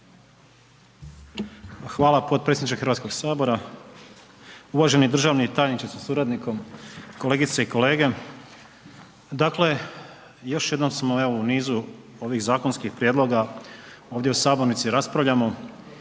Hvala potpredsjedniče Hrvatskog sabora. Uvaženi državni tajniče sa suradnikom, kolegice i kolege, dakle, još jednom smo evo u nizu ovih zakonskih prijedloga ovdje u sabornici raspravljamo